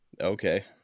Okay